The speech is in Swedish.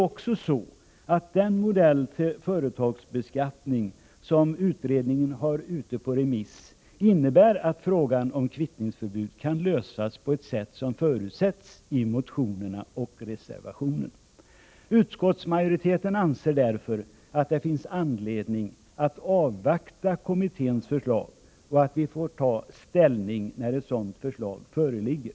Vidare innebär den modell till företagsbeskattning som utredningen har ute på remiss att frågan om kvittningsförbud kan lösas på ett sådant sätt som förutsätts i motionerna och i reservationen. Utskottsmajoriteten anser därför att det finns anledning att avvakta kommitténs förslag och ta ställning när ett sådant förslag föreligger.